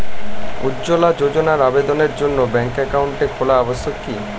উজ্জ্বলা যোজনার আবেদনের জন্য ব্যাঙ্কে অ্যাকাউন্ট খোলা আবশ্যক কি?